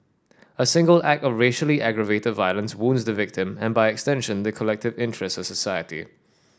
a single act of racially aggravated violence wounds the victim and by extension the collective interest of society